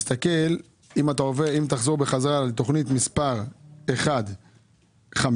אם תחזור לתוכנית מספר 1.5,